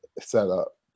setup